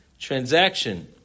transaction